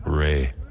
Ray